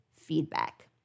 feedback